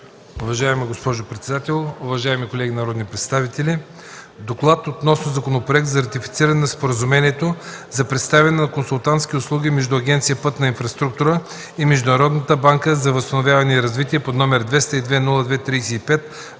Уважаема госпожо председател, уважаеми колеги народни представители! „ДОКЛАД относно Законопроект за ратифициране на Споразумението за предоставяне на консултантски услуги между Агенция „Пътна инфраструктура” и Международната банка за възстановяване и развитие, № 202-02-35,